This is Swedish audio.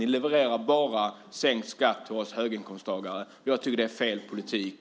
Ni levererar bara sänkt skatt till oss höginkomsttagare. Det tycker jag är fel politik.